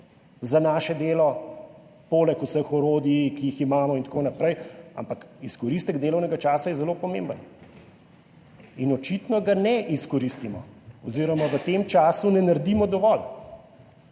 za naše delo, poleg vseh orodij, ki jih imamo, itn., ampak izkoristek delovnega časa je zelo pomemben in očitno ga ne izkoristimo oziroma v tem času ne naredimo dovolj